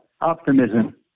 optimism